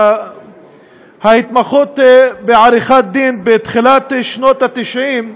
ההתמחות בעריכת-דין בתחילת שנות ה-90,